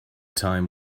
time